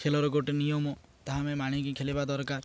ଖେଳର ଗୋଟେ ନିୟମ ତାହା ଆମେ ମାନିକି ଖେଳିବା ଦରକାର